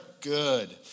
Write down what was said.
Good